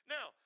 Now